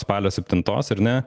spalio septintos ar ne